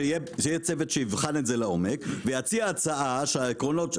שיהיה צוות שיבחן את זה לעומק ויציע הצעה שהעקרונות שלה,